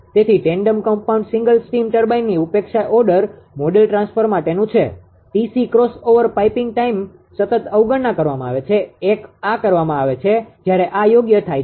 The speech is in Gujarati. તેથી ટેન્ડમ કમ્પાઉન્ડ સિંગલ સ્ટીમ ટર્બાઇનની ઉપેક્ષા ઓર્ડર મોડેલ ટ્રાન્સફર માટેનું છે 𝑇𝑐 ક્રોસઓવર પાઇપિંગ ટાઇમ સતત અવગણવામાં આવે છે 1 આ કરવામાં આવે છે જ્યારે આ યોગ્ય થાય છે